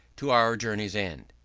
to our journey's end.